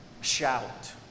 shout